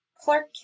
Clark